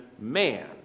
man